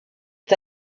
est